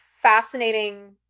fascinating